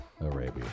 Arabia